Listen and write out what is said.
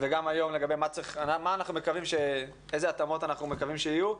וגם היום לגבי ההתאמות שאנחנו מקווים שיהיו.